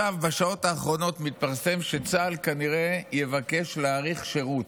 בשעות האחרונות מתפרסם שצה"ל כנראה יבקש להאריך שירות.